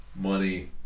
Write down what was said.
money